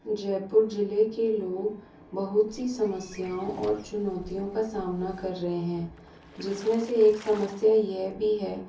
जयपुर ज़िले के लोग बहुत सी समस्याओं और चुनौतियों का सामना कर रहे हैं जिसमें से एक समस्या यह भी है